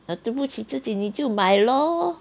对不起自己你就买 lor